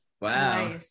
Wow